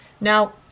Now